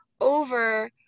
over